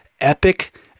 epic